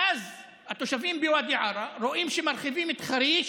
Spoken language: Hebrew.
ואז התושבים בוואדי עארה רואים שמרחיבים את חריש